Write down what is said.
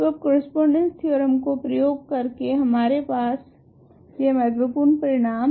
तो अब correspondence theorem का प्रयोग कर के हमारे पास यह महत्वपूर्ण परिणाम है